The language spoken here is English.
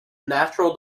natural